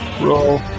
Roll